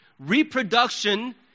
reproduction